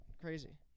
crazy